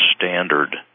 standard